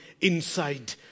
inside